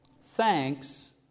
Thanks